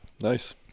Nice